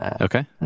Okay